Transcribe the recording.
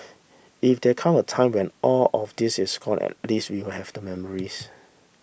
if there come a time when all of this is gone at least we will have the memories